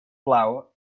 flour